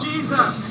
Jesus